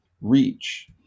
reach